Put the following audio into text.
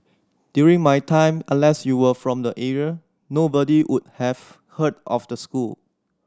during my time unless you were from the area nobody would have heard of the school